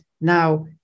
now